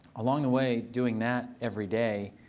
along the way, doing that every day,